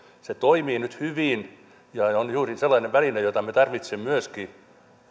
se toimii nyt hyvin ja on juuri sellainen väline jota me tarvitsemme myöskin